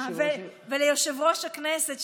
ליושב-ראש הכנסת.